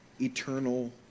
eternal